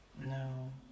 no